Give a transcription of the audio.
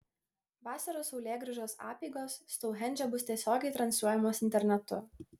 vasaros saulėgrįžos apeigos stounhendže bus tiesiogiai transliuojamos internetu